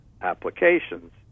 applications